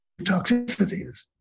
toxicities